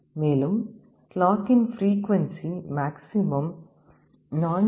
மேலும் கிளாக்கின் frequency maximum 4